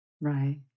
Right